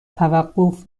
توقف